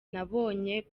nabonye